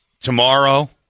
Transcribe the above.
Tomorrow